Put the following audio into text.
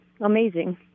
amazing